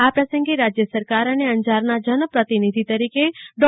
આ પ્રસંગે રાજય સરકાર અને અંજારના જનપ્રતિનિધિ તરીકે ડો